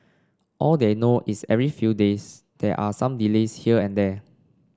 all they know is every few days there are some delays here and there